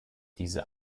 diese